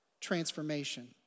transformation